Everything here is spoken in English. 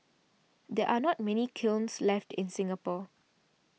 there are not many kilns left in Singapore